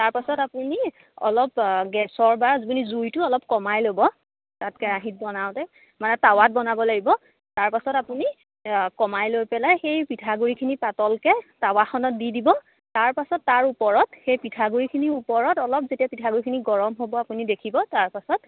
তাৰপাছত আপুনি অলপ গেছৰ বা আপুনি জুইটো অলপ কমাই ল'ব তাত কেৰাহিত বনাওতে মানে তাৱাত বনাব লাগিব তাৰপাছত আপুনি কমাই লৈ পেলাই সেই পিঠাগুড়িখিনি পাতলকৈ তাৱাখনত দি দিব তাৰপাছত তাৰ ওপৰত সেই পিঠাগুড়িখিনি ওপৰত অলপ যেতিয়া পিঠাগুড়িখিনি গৰম হ'ব আপুনি দেখিব তাৰপাছত